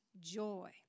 joy